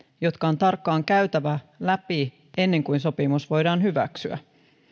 jotka on tarkkaan käytävä läpi ennen kuin sopimus voidaan hyväksyä